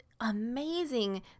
amazing